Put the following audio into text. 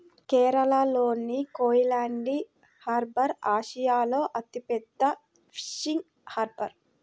కేరళలోని కోయిలాండి హార్బర్ ఆసియాలో అతిపెద్ద ఫిషింగ్ హార్బర్